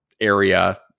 area